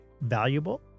valuable